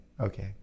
okay